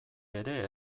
ere